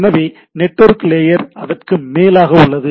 எனவே network layer அதற்கு மேலாக உள்ளது